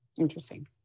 Interesting